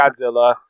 Godzilla